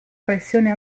pressione